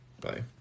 Bye